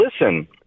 listen